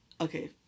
okay